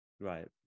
Right